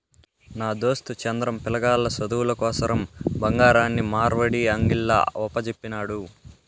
నా దోస్తు చంద్రం, పిలగాల్ల సదువుల కోసరం బంగారాన్ని మార్వడీ అంగిల్ల ఒప్పజెప్పినాడు